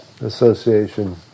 Association